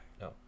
No